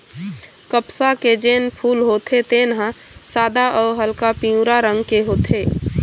कपसा के जेन फूल होथे तेन ह सादा अउ हल्का पीवरा रंग के होथे